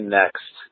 next